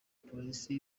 polisi